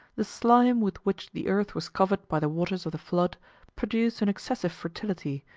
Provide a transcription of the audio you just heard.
the slime with which the earth was covered by the waters of the flood produced an excessive fertility,